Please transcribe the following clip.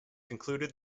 concluded